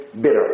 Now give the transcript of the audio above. bitter